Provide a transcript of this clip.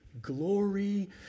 glory